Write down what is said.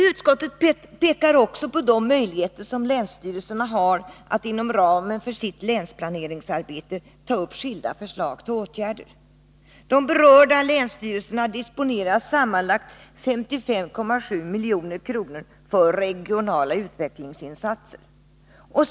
Utskottet pekar också på de möjligheter som länsstyrelserna har att inom ramen för sitt länsplaneringsarbete ta upp skilda förslag till åtgärder. De berörda länsstyrelserna disponerar sammanlagt 55,7 milj.kr. för regionala utvecklingsinsatser.